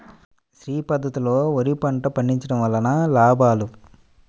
శ్రీ పద్ధతిలో వరి పంట పండించడం వలన లాభాలు?